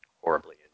Horribly